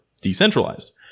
decentralized